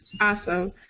Awesome